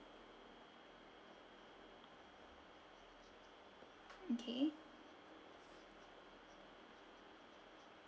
okay